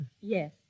Yes